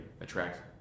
Attract